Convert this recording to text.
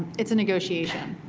it's a negotiation.